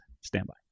standby